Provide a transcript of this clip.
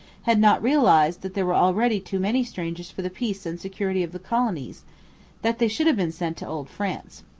had not realized that there were already too many strangers for the peace and security of the colonies that they should have been sent to old france.